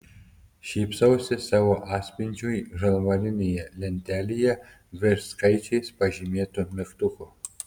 šypsausi savo atspindžiui žalvarinėje lentelėje virš skaičiais pažymėtų mygtukų